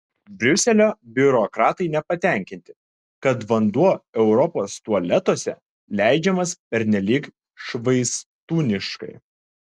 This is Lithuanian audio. briuselio biurokratai nepatenkinti kad vanduo europos tualetuose leidžiamas pernelyg švaistūniškai